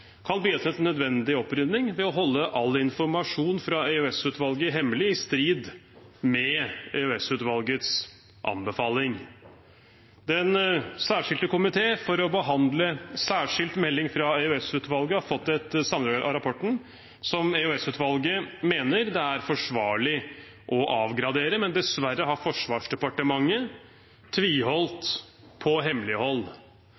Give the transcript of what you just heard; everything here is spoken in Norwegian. kan bidra til nødvendig opprydning ved å holde all informasjon fra EOS-utvalget hemmelig, i strid med EOS-utvalgets anbefaling. Den særskilte komité for behandling av Særskilt melding fra EOS-utvalget har fått et sammendrag av rapporten, som EOS-utvalget mener det er forsvarlig å avgradere, men dessverre har Forsvarsdepartementet